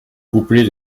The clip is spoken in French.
couplets